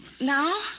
Now